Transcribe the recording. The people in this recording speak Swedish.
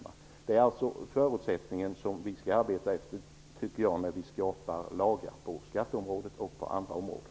Detta är alltså förutsättningen som vi har att arbeta utifrån när vi skapar lagar på skatteområdet och på andra områden.